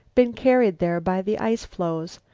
been carried there by the ice-floes.